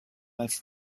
als